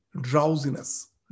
drowsiness